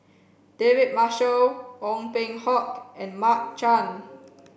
David Marshall Ong Peng Hock and Mark Chan